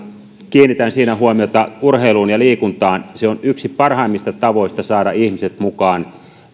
kiinnitän siinä huomiota urheiluun ja liikuntaan se on yksi parhaimmista tavoista saada ihmiset mukaan